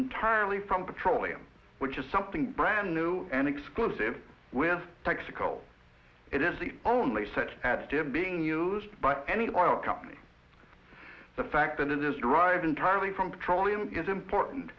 entirely from petroleum which is something brand new and exclusive with texaco it is the only set at him being used by any oil company the fact that it is derived entirely from petroleum is important